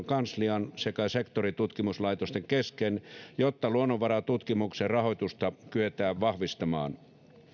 kanslian sekä sektoritutkimuslaitosten kesken jotta luonnonvaratutkimuksen rahoitusta kyetään vahvistamaan